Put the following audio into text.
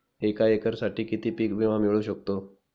एका एकरसाठी किती पीक विमा मिळू शकतो?